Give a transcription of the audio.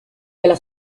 della